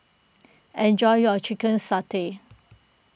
enjoy your Chicken Satay